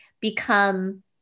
become